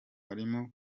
harimo